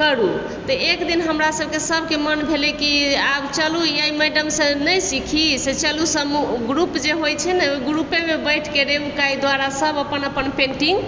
करू तऽ एक दिन हमरा सबके सबके मोन भेलय कि आब चलू अइ मैडमसँ नहि सीखी से चलू समूह ग्रुप जे होइ छै ने ओइ ग्रुपमे बैठके के दुआरा सब अपन अपन पेन्टिंग